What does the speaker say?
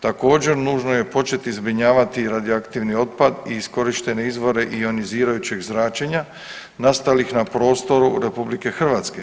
Također nužno je početi zbrinjavati radioaktivni otpad i iskorištene izvore ionizirajućeg zračenja nastalih na prostoru RH.